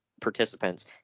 participants